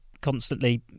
constantly